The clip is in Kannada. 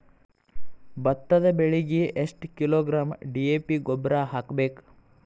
ಭತ್ತದ ಬೆಳಿಗೆ ಎಷ್ಟ ಕಿಲೋಗ್ರಾಂ ಡಿ.ಎ.ಪಿ ಗೊಬ್ಬರ ಹಾಕ್ಬೇಕ?